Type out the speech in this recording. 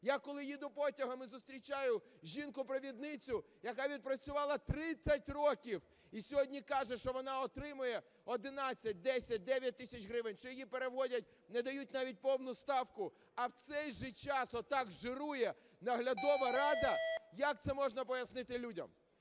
Я коли їду потягом і зустрічаю жінку-провідницю, яка відпрацювала 30 років і сьогодні каже, що вона отримує 11, 10, 9 тисяч гривень, чи її переводять, не дають навіть повну ставку, а в цей час отак жирує наглядова рада, як це можна пояснити людям?